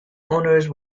owners